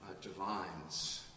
divines